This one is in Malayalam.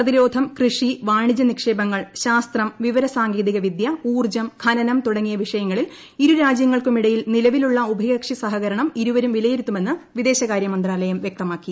പ്രതിരോധം കൃഷി വാണിജ്യ നിക്ഷേപങ്ങൾ ശാസ്ത്രം വിവരസാങ്കേതിക വിദ്യ ഊർജ്ജം തൂട്ങ്ങിയ ഖനനം വിഷയങ്ങളിൽ ഇരുരാജ്യങ്ങൾക്കുമിടയിൽ ഉഭയകക്ഷി ഇരുപ്പരും സഹകരണം വിലയിരുത്തുമെന്ന് വിദേശകാര്യമന്ത്രാലയം പ്യക്തമാക്കി